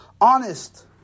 Honest